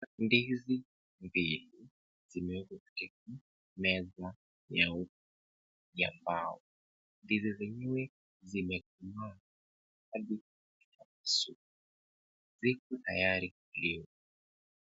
Ndizi mbili zimeekwa katika meza yao ya mbao. Ndizi zenyewe zimekomaa hadi ziko tayari kuliwa.